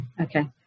Okay